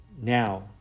now